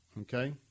Okay